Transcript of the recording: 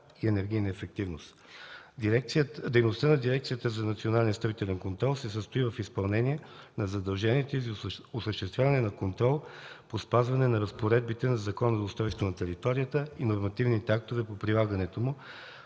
и енергийна ефективност. Дейността на Дирекцията за национален строителен контрол се състои в изпълнение на задълженията й за осъществяване на контрол по спазване на разпоредбите на Закона за устройство на територията и